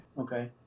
Okay